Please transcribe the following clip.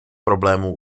problémů